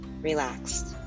relaxed